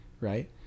Right